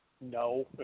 No